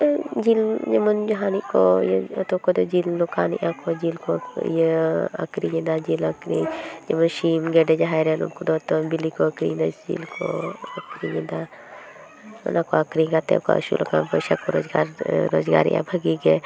ᱡᱤᱞ ᱡᱮᱢᱚᱱ ᱡᱟᱦᱟᱱᱤᱡ ᱠᱚ ᱟᱹᱛᱩ ᱠᱚᱨᱮ ᱡᱤᱞ ᱫᱚᱠᱟᱱᱮ ᱟᱠᱚ ᱡᱤᱞ ᱠᱚ ᱟᱹᱠᱷᱨᱤᱧᱮᱫᱟ ᱡᱤᱞ ᱟᱹᱠᱷᱨᱤᱧ ᱡᱮᱢᱚᱱ ᱥᱤᱢ ᱜᱮᱰᱮ ᱡᱟᱦᱟᱸᱭ ᱨᱮᱱ ᱩᱱᱠᱩ ᱫᱚ ᱵᱤᱞᱤ ᱠᱚ ᱟᱹᱠᱷᱨᱤᱧᱮᱫᱟ ᱡᱤᱞ ᱠᱚ ᱟᱹᱠᱷᱨᱤᱧᱮᱫᱟ ᱚᱱᱟᱠᱚ ᱟᱹᱠᱷᱨᱤᱧ ᱠᱟᱛᱮ ᱠᱚ ᱟᱹᱥᱩᱞᱚᱜ ᱠᱟᱱᱟ ᱯᱚᱭᱥᱟ ᱠᱚ ᱨᱚᱡᱽᱜᱟᱨ ᱮᱫᱟ ᱵᱷᱟᱹᱜᱤ ᱜᱮ